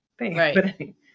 right